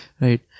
right